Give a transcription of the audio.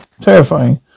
terrifying